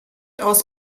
aus